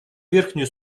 верхнюю